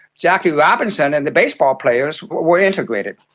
jackie robinson and the baseball players were integrated.